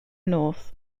north